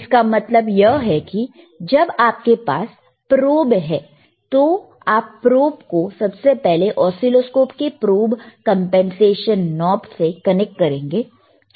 इसका मतलब यह कि जब आपके पास प्रोब है तो आप प्रोब को सबसे पहले ऑसीलोस्कोप के प्रोब कंपनसेशन नॉब से कनेक्ट करेंगे